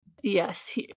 Yes